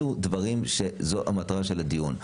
אלו הדברים, זו המטרה של הדיון.